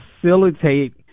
facilitate